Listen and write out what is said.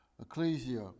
Ecclesia